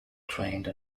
trained